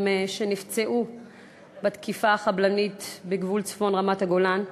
שנפצעו בתקיפה החבלנית בגבול צפון רמת-הגולן.